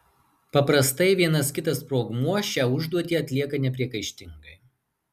paprastai vienas kitas sprogmuo šią užduotį atlieka nepriekaištingai